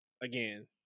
again